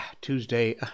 Tuesday